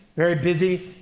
very busy,